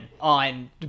on